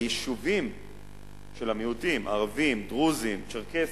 ליישובי המיעוטים, ערבים, דרוזים, צ'רקסים,